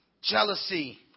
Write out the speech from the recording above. jealousy